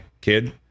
kid